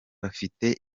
bafite